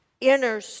inner